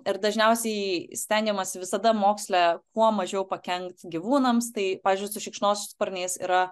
ir dažniausiai stengiamasi visada moksle kuo mažiau pakenkt gyvūnams tai pavyzdžiui su šikšnosparniais yra